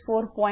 35764